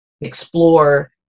explore